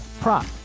prop